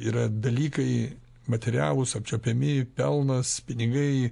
yra dalykai materialūs apčiuopiami pelnas pinigai